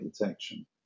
detection